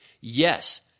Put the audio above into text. yes